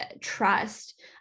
trust